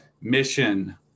mission